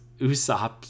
Usopp